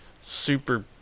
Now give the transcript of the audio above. Super